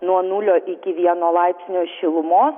nuo nulio iki vieno laipsnio šilumos